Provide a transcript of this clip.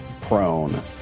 prone